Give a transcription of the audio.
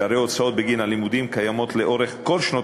שהרי הוצאות בגין הלימודים קיימות לאורך כל שנות